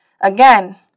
Again